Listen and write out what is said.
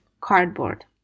cardboard